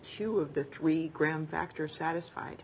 two of the three gram factor satisfied